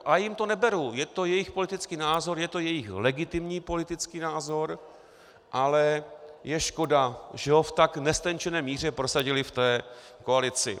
Já jim to neberu, je to jejich politický názor, je to jejich legitimní politický názor, ale je škoda, že ho v tak neztenčené míře prosadili v koalici.